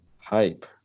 Hype